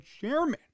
chairman